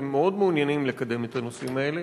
אתם מאוד מעוניינים לקדם את הנושאים האלה.